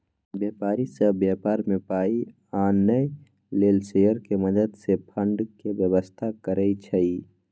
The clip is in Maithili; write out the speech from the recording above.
व्यापारी सब व्यापार में पाइ आनय लेल शेयर के मदद से फंड के व्यवस्था करइ छइ